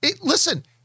Listen